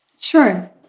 Sure